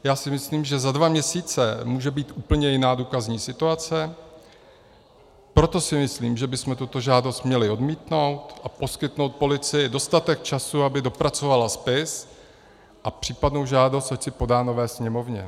Já si myslím, že za dva měsíce může být úplně jiná důkazní situace, a proto si myslím, že bychom tuto žádost měli odmítnout a poskytnout policii dostatek času, aby dopracovala spis a případnou žádost ať si podá nové Sněmovně.